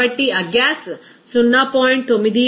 కాబట్టి ఆ గ్యాస్ 0